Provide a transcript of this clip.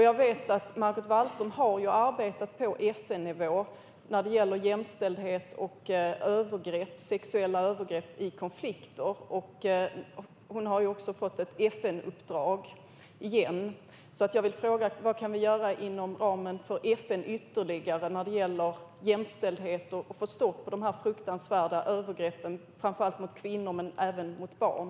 Jag vet att Margot Wallström har arbetat på FN-nivå i frågor om jämställdhet och sexuella övergrepp i konflikter. Hon har också fått ännu ett FN-uppdrag. Vad kan vi ytterligare göra inom ramen för FN när det gäller jämställdhet för att få stopp på de fruktansvärda övergreppen, framför allt mot kvinnor och även mot barn?